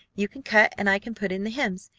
you can cut, and i can put in the hems,